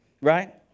right